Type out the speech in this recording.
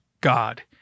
God